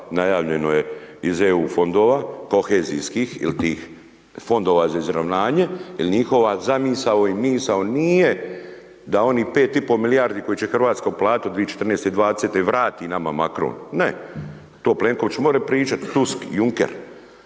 najavljeno je iz EU fondova kohezijskih iliti fondova za izravnanje jer njihova zamisao i misao nije da onih 5,5 milijardi koji će Hrvatska platiti 2014.-2020. vrati nama Macron, ne, to Plenković može pričati, Tusk, Juncker,